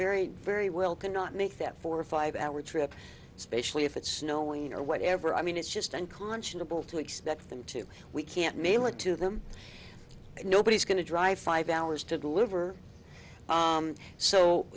very very well cannot make that four or five hour trip especially if it's snowing or whatever i mean it's just unconscionable to expect them to we can't mail it to them nobody's going to drive five hours to deliver so so